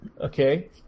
Okay